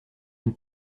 une